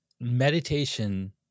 meditation